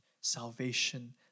Salvation